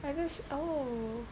I just oh